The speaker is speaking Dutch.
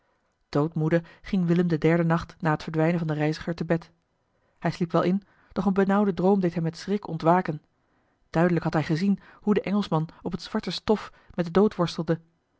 doodmoede ging willem den derden nacht na het verdwijnen van den reiziger te bed hij sliep wel in doch een benauwde droom deed hem met schrik ontwaken duidelijk had hij gezien hoe de engelschman op het zwarte stof met den dood worstelde